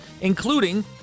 including